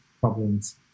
problems